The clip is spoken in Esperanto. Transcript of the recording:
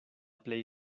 plej